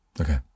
Okay